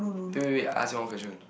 wait wait wait I ask you one question